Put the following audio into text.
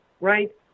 right